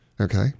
Okay